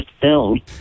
filled